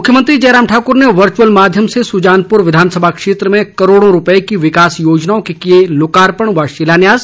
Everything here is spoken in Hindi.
मुख्यमंत्री जयराम ठाकुर ने वर्चुअल माध्यम से सुजानपुर विधानसभा क्षेत्र में करोड़ों रूपए की विकास योजनाओं के किए लोकार्पण व शिलान्यास